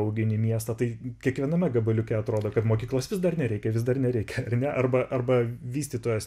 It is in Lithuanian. augini miestą tai kiekviename gabaliuke atrodo kad mokyklos vis dar nereikia vis dar nereikia ir ne arba arba vystytojas